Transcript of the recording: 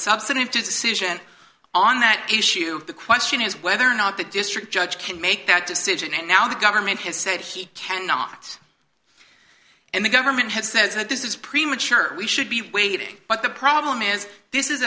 decision on that issue the question is whether or not the district judge can make that decision and now the government has said he cannot and the government has says that this is premature we should be waiting but the problem is this is